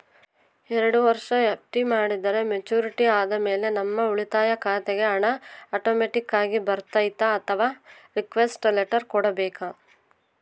ಎರಡು ವರುಷ ಎಫ್.ಡಿ ಮಾಡಿದರೆ ಮೆಚ್ಯೂರಿಟಿ ಆದಮೇಲೆ ನಮ್ಮ ಉಳಿತಾಯ ಖಾತೆಗೆ ಹಣ ಆಟೋಮ್ಯಾಟಿಕ್ ಆಗಿ ಬರ್ತೈತಾ ಅಥವಾ ರಿಕ್ವೆಸ್ಟ್ ಲೆಟರ್ ಕೊಡಬೇಕಾ?